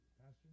Pastor